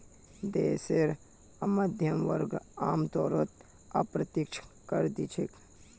देशेर मध्यम वर्ग आमतौरत अप्रत्यक्ष कर दि छेक